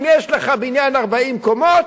אם יש לך בניין 40 קומות,